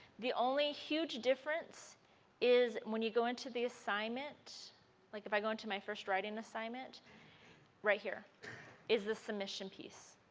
the only huge difference is when you go into the assignment like if i go into my first writing assignment right here is the submission piece.